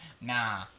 Nah